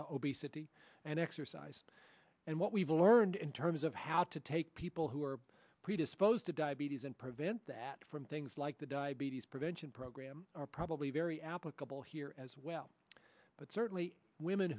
obesity and exercise and what we've learned in terms of how to take people who are predisposed to diabetes and prevent that from things like the diabetes prevention program are probably very applicable here as well but certainly women